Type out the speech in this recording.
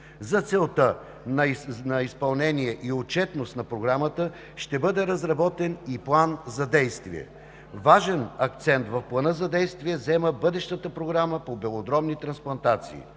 За целта на изпълнение и отчетност на Програмата ще бъде разработен и план за действие. Важен акцент в плана за действие заема бъдещата Програма по белодробни трансплантации.